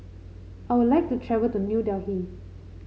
I would like to travel to New Delhi